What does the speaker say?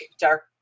dark